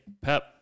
Pep